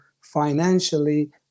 financially